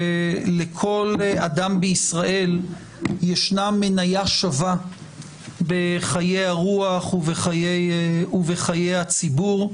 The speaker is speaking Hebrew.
שלכל אדם בישראל ישנה מניה שווה בחיי הרוח ובחיי הציבור.